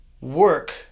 work